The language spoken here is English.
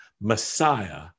Messiah